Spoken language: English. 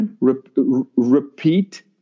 repeat